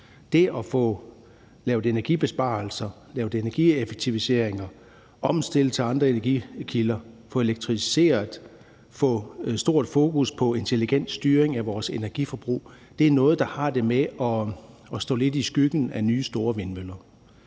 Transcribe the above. Det at få lavet energibesparelser, få lavet energieffektiviseringer, få omstillet til andre energikilder, få elektrificeret og få et stort fokus på en intelligent styring af vores energiforbrug er noget, der har det med at stå lidt i skyggen af nye store vindmøller.